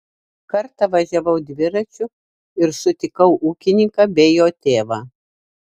kartą važiavau dviračiu ir sutikau ūkininką bei jo tėvą